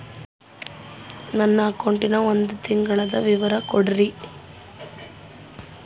ನನ್ನ ಅಕೌಂಟಿನ ಒಂದು ತಿಂಗಳದ ವಿವರ ಕೊಡ್ರಿ?